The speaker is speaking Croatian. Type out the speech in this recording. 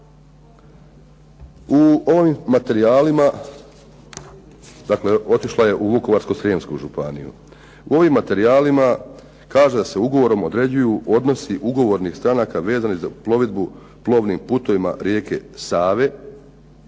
U ovim materijalima kaže se da se ugovorom određuju odnosi ugovornih stranaka vezanih za plovidbu plovnim putovima rijeke Save